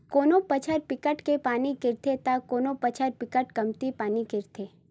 कोनो बछर बिकट के पानी गिरथे त कोनो बछर बिकट कमती पानी गिरथे